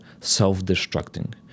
self-destructing